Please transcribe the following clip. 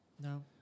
No